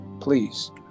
please